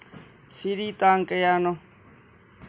ꯁꯤꯔꯤ ꯇꯥꯡ ꯀꯌꯥꯅꯣ